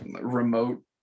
remote